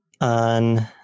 on